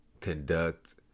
conduct